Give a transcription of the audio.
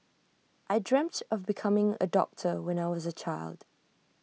I dreamt of becoming A doctor when I was A child